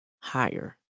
Higher